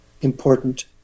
important